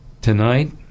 Tonight